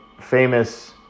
famous